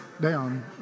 down